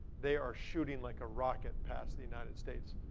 they are shooting like a rocket past the united states.